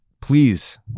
Please